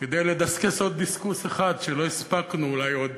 כדי לדסקס עוד דיסקוס אחד שלא הספקנו, אולי עוד